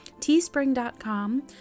teespring.com